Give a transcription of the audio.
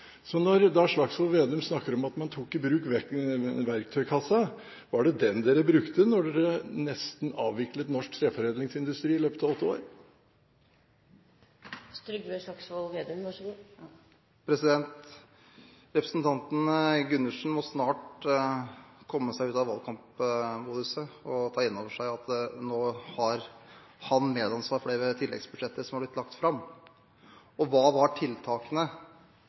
Slagsvold Vedum snakker om at man tok i bruk verktøykassa. Var det den man brukte, da man nesten avviklet norsk treforedlingsindustri i løpet av åtte år? Representanten Gundersen må snart komme seg ut av valgkampmodusen og ta inn over seg at han nå har medansvar for det tilleggsbudsjettet som er blitt lagt fram. Og hva var tiltakene